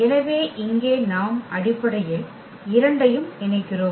எனவே இங்கே நாம் அடிப்படையில் இரண்டையும் இணைக்கிறோம்